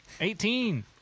Eighteen